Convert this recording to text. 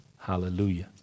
Hallelujah